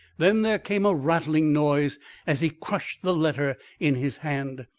then there came a rattling noise as he crushed the letter in his hand.